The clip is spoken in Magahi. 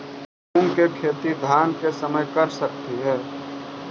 मुंग के खेती धान के समय कर सकती हे?